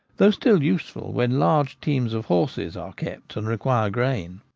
though still useful when large teams of horses are kept and require grain.